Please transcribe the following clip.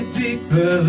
deeper